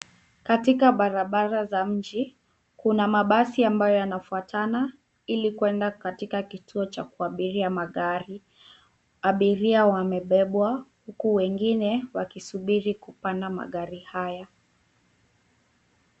Katika barabara za mji, kuna mabasi ambayo yanafuatana ili kuenda katika kituo cha kuabiria magari. Abiria wamebebwa huku wengine wakisubiri kupanda magari haya.